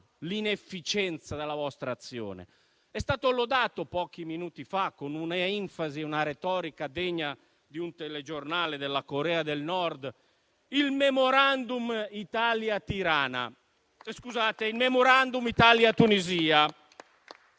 l'inefficienza della vostra azione. È stato lodato pochi minuti fa, con una enfasi e una retorica degna di un telegiornale della Corea del Nord, il *memorandum* Italia-Tunisia